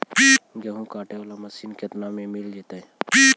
गेहूं काटे बाला मशीन केतना में मिल जइतै?